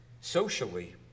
socially